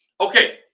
Okay